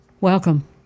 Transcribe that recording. Welcome